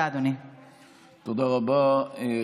תודה, אדוני.